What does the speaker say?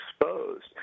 exposed